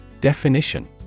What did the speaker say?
Definition